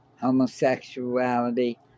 homosexuality